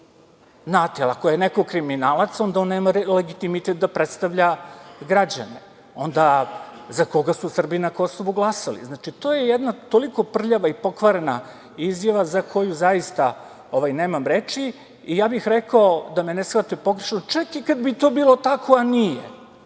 ako je neko kriminalac, onda on nema legitimitet da predstavlja građane. Onda za koga su Srbi na Kosovu glasali? Znači, to je jedna toliko prljava i pokvarena izjava, za koju zaista nemam reči. Ja bih rekao, da me ne shvate pogrešno, čak i kad bi to bilo tako, a nije,